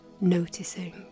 noticing